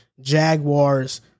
Jaguars